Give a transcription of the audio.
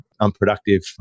unproductive